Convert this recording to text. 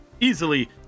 easily